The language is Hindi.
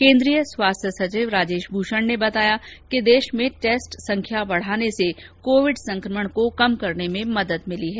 केन्द्रीय स्वास्थ्य सचिव राजेश भूषण ने बताया कि देश में टेस्ट बढ़ने से कोविड संकमण को कम करने में मदद मिली है